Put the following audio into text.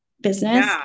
business